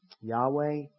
Yahweh